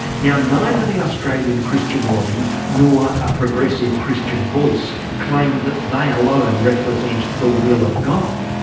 now neither the australian christian lobby, nor a progressive christian voice claim that they alone represent the will of god.